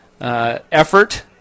effort